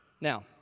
Now